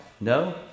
No